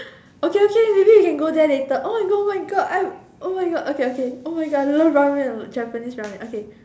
okay okay maybe we can go there later oh my god oh my god my I oh my god okay okay oh my god I love ramen Japanese ramen okay